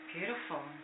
Beautiful